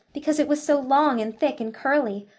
because it was so long and thick and curly.